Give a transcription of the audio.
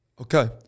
Okay